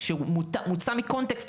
הוא הוצא מקונטקסט.